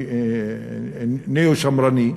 ניאו-שמרני,